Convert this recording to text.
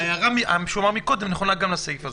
ההערה מקודם נכונה גם לסעיף הזה.